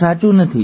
તે સાચું નથી